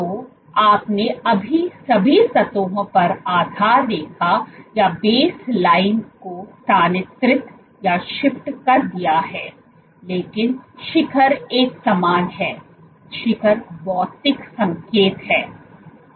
तो आपने अभी सभी सतहों पर आधार रेखा को स्थानांतरित कर दिया है लेकिन शिखर एक समान है शिखर भौतिक संकेत है